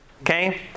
Okay